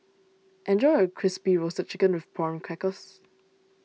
enjoy your Crispy Roasted Chicken with Prawn Crackers